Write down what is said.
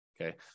okay